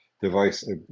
device